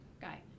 guy